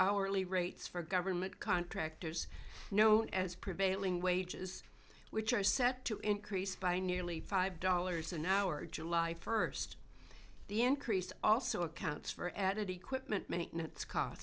hourly rates for government contractors known as prevailing wages which are set to increase by nearly five dollars an hour july first the increase also accounts for added equipment maintenance c